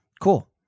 Cool